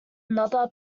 another